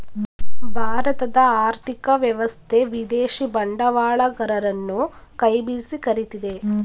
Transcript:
ಭಾರತದ ಆರ್ಥಿಕ ವ್ಯವಸ್ಥೆ ವಿದೇಶಿ ಬಂಡವಾಳಗರರನ್ನು ಕೈ ಬೀಸಿ ಕರಿತಿದೆ